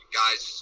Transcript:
guys